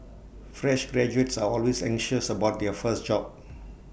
fresh graduates are always anxious about their first job